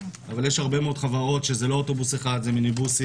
אבל יש הרבה מאוד חברות שזה לא אוטובוס אחד זה מיניבוסים,